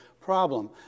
problem